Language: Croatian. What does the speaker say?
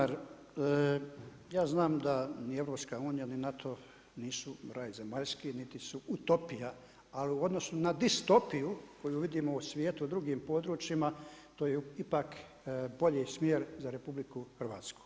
Kolega Pernar, ja znam da ni EU ni NATO nisu raj zemaljski niti su utopija, ali u odnosu na distopiju koju vidimo u svijetu u drugim područjima to je ipak bolji smjer za RH.